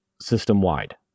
system-wide